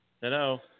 Hello